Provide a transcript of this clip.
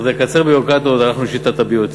כדי לקצר ביורוקרטיות הלכנו לשיטת ה-BOT.